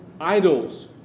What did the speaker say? idols